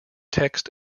text